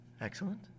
Excellent